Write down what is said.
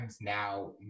now